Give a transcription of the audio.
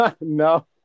no